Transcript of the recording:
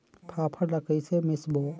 फाफण ला कइसे मिसबो?